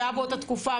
שהיה באותה תקופה,